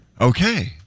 Okay